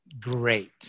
Great